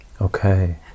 okay